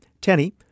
Tenny